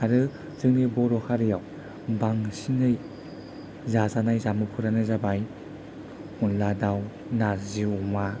आरो जोंनि बर' हारियाव बांसिनै जाजानाय जामुफ्रानो जाबाय अनद्ला दाउ नारजि अमा